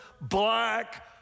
black